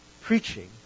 Preaching